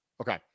okay